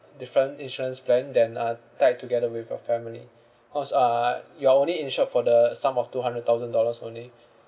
different insurance plan than uh tied together with your family cause uh you are only insured for the sum of two hundred thousand dollars only